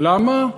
למה?